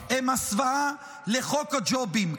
שלכם הם הסוואה לחוק הג'ובים.